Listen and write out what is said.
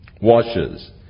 washes